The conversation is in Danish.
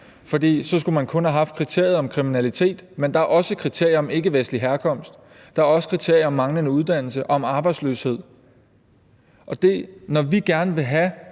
For så skulle man kun have haft kriteriet om kriminalitet. Men der er også et kriterium om ikkevestlig herkomst, der er også kriterier om manglende uddannelse og om arbejdsløshed. Når vi gerne vil have